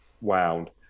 wound